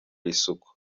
isuku